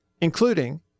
including